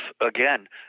again